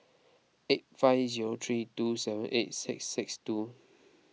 eight five zero three two seven eight six six two